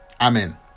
Amen